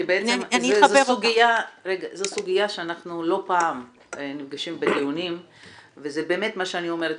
כי זו סוגיה שאנחנו לא פעם נפגשים בדיונים וזה באמת מה שאני אומרת,